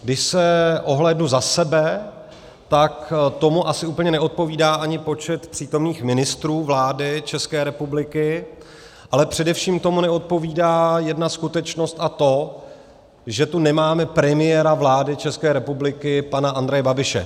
Když se ohlédnu za sebe, tak tomu asi úplně neodpovídá ani počet přítomných ministrů vlády České republiky, ale především tomu neodpovídá jedna skutečnost, a to že tu nemáme premiéra vlády České republiky pana Andreje Babiše.